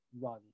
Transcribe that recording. run